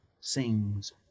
Sings